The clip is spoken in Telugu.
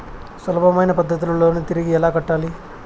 సులభమైన పద్ధతిలో లోను తిరిగి ఎలా కట్టాలి